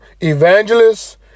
evangelists